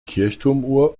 kirchturmuhr